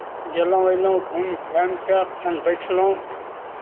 गेलहुँ अयलहुँ घुमि घामि कऽ फेन बैठलहुँ